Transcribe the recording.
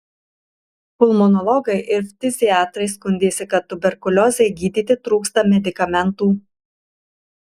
pulmonologai ir ftiziatrai skundėsi kad tuberkuliozei gydyti trūksta medikamentų